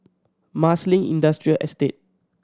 Marsiling Industrial Estate